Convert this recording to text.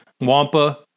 Wampa